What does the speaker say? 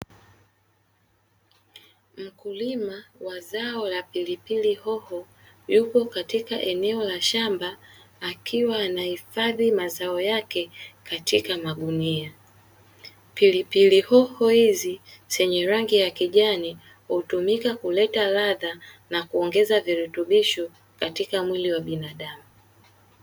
Mkulima wa zao la pilipilihoho yupo katika eneo la shamba akiwa ana hifadhi mazao yake katika magunia. Pilipilihoho hizi zenye rangi ya kijani hutumika kuleta ladha na kuongeza virutubisho katika mwili wa binadamu.